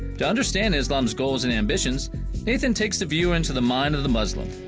to understand islam's goals and ambitions nathan takes the viewer into the mind of the muslim.